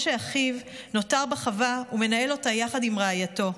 משה אחיו נותר בחווה ומנהל אותה יחד עם רעייתו.